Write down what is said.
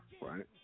Right